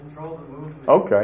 Okay